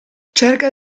cerca